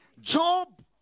Job